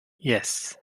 yes